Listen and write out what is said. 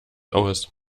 aus